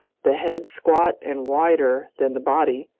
the head squat and wider than the body,